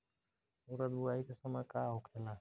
उरद बुआई के समय का होखेला?